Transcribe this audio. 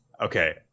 Okay